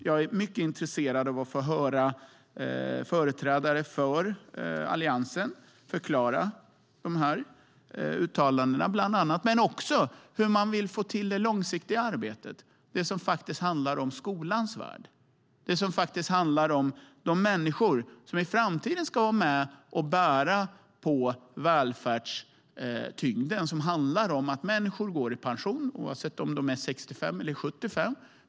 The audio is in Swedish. Jag är mycket intresserad av att få höra företrädare för Alliansen förklara bland annat de här uttalandena men också hur man vill få till det långsiktiga arbetet, det som handlar om skolans värld, det som handlar om de människor som i framtiden ska vara med och bära välfärdstyngden, som det innebär att människor går i pension - oavsett om de är 65 eller 75.